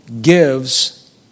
gives